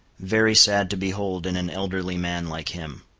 very sad to behold in an elderly man like him.